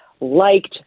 liked